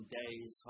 days